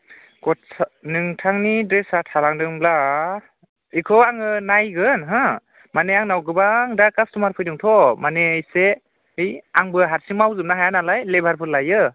गस्ला नोंथांनि ड्रेसआ थालांदोंब्ला इखौ आङो नायगोन हा माने आंनाव गोबां दा कास्टमार फैदोंथ' माने एसे ओइ आंबो हारसिं मावजोबनो हाया नालाय लेबारबो लायो